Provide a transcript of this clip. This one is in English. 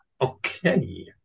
Okay